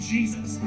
Jesus